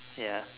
ya